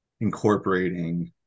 incorporating